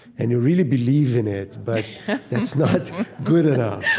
and you really believe in it, but that's not good enough,